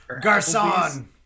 Garcon